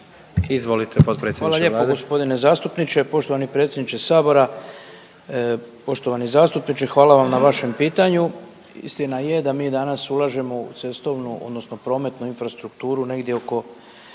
Izvolite potpredsjedniče Vlade.